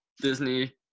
Disney